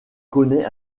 connait